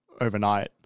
overnight